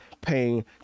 paying